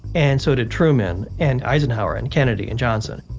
and so did truman and eisenhower and kennedy and johnson.